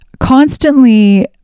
constantly